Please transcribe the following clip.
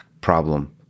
problem